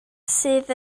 sydd